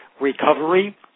recovery